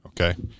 Okay